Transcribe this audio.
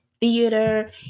theater